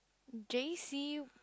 j_c